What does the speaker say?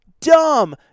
dumb